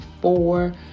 four